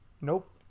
nope